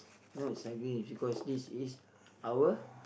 no it's ugly and is because this is our